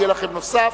ויהיה לכם נוסף,